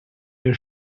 your